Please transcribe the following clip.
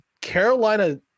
Carolina